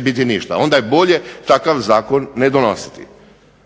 biti ništa. Onda je bolje takav zakon ne donositi.